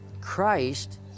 Christ